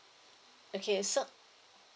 okay so